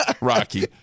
Rocky